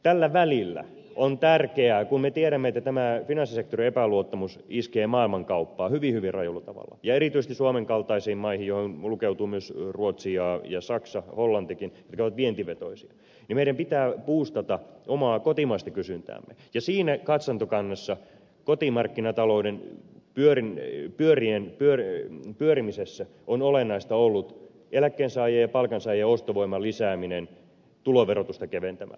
tällä välillä on tärkeää kun me tiedämme että tämä finanssisektorin epäluottamus iskee hyvin hyvin rajulla tavalla maailmankauppaan ja erityisesti suomen kaltaisiin maihin joihin lukeutuvat myös ruotsi ja saksa hollantikin mitkä ovat vientivetoisia että meidän pitää buustata omaa kotimaista kysyntäämme ja siinä katsantokannassa kotimarkkinatalouden pyörien pyörimisessä on olennaista ollut eläkkeensaajien ja palkansaajien ostovoiman lisääminen tuloverotusta keventämällä